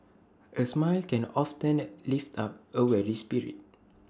A smile can often lift up A weary spirit